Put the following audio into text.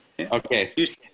okay